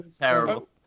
terrible